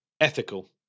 ethical